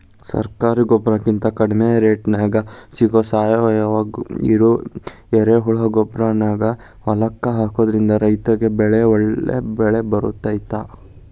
ಸರಕಾರಿ ಗೊಬ್ಬರಕಿಂತ ಕಡಿಮಿ ರೇಟ್ನ್ಯಾಗ್ ಸಿಗೋ ಸಾವಯುವ ಎರೆಹುಳಗೊಬ್ಬರಾನ ಹೊಲಕ್ಕ ಹಾಕೋದ್ರಿಂದ ರೈತ ಒಳ್ಳೆ ಬೆಳಿ ಬೆಳಿಬೊದು